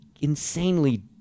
insanely